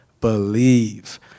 believe